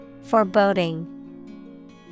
Foreboding